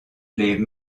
les